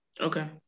Okay